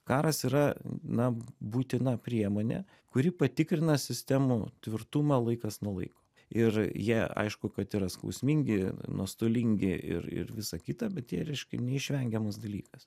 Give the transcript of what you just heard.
karas yra na būtina priemonė kuri patikrina sistemų tvirtumą laikas nuo laiko ir jie aišku kad yra skausmingi nuostolingi ir ir visa kita bet jie reiškia neišvengiamas dalykas